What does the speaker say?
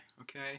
Okay